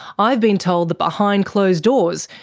i've been told that behind closed doors,